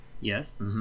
Yes